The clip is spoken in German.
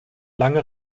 lange